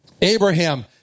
Abraham